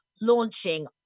launching